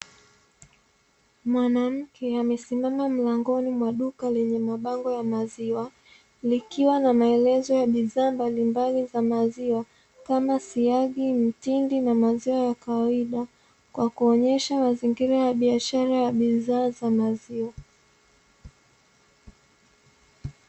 Mwanamke amesimama mlangoni mwa duka lenye mabango ya maziwa, likiwa na maelezo ya bidhaa mbalimbali za maziwa kama siagi, mtindi, na maziwa ya kawaida; kwa kuonyesha mazingira ya biashara ya bidhaa za maziwa.